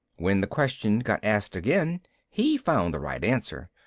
when the question got asked again he found the right answer.